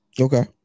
okay